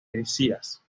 algeciras